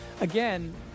again